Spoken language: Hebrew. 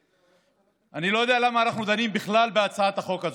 יודע למה אנחנו דנים בכלל בהצעת החוק הזאת,